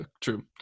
true